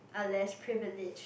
are less privileged